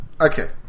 okay